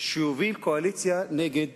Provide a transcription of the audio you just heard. שיוביל קואליציה נגד